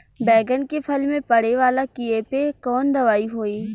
बैगन के फल में पड़े वाला कियेपे कवन दवाई होई?